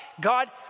God